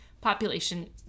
population